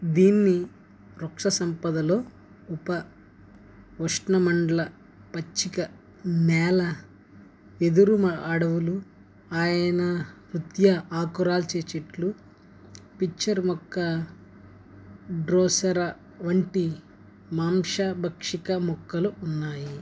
దీని వృక్షసంపదలో ఉప ఉష్ణమండల పచ్చిక నేల వెదురు అడవులు అయన వృత్యా ఆకురాల్చే చెట్లు పిచర్ మొక్క డ్రోసెరా వంటి మాంసభక్షిక మొక్కలు ఉన్నాయి